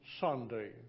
Sunday